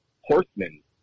horsemen